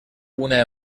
una